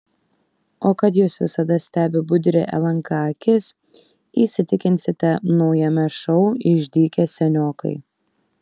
o kad jus visada stebi budri lnk akis įsitikinsite naujame šou išdykę seniokai